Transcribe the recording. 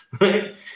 Right